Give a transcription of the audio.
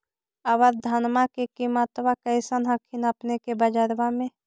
अबर धानमा के किमत्बा कैसन हखिन अपने के बजरबा में?